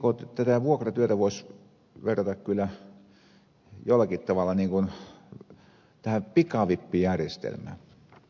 minusta ensinnäkin vuokratyötä voisi verrata jollakin tavalla pikavippijärjestelmään